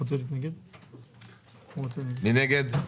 מי נגד?